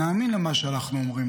נאמין למה שאנחנו אומרים,